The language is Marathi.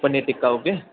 पनीर टिक्का ओके